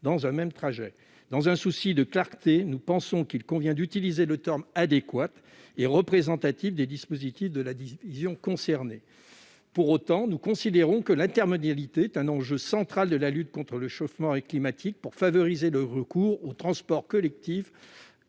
Dans un souci de clarté, nous pensons qu'il convient d'utiliser le terme adéquat et représentatif des dispositions de la division concernée. Nous considérons cependant que l'intermodalité est un enjeu central de la lutte contre le changement climatique pour favoriser le recours aux transports collectifs